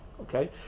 Okay